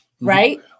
right